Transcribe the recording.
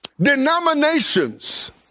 Denominations